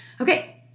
okay